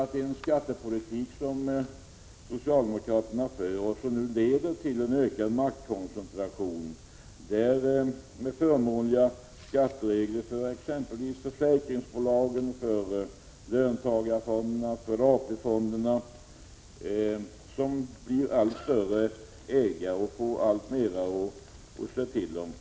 Den skattepolitik som socialdemokraterna för leder till en ökad maktkoncentration med förmånliga skatteregler för exempelvis försäkringsbolagen, löntagarfonderna och AP-fonderna, som blir allt större ägare och får alltmer att säja till om.